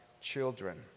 children